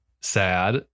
Sad